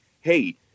Hey